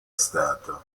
stato